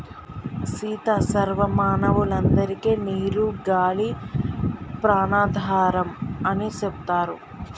సీత సర్వ మానవులందరికే నీరు గాలి ప్రాణాధారం అని సెప్తారు